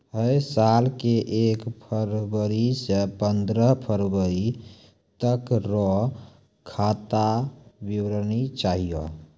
है साल के एक फरवरी से पंद्रह फरवरी तक रो खाता विवरणी चाहियो